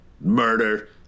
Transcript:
murder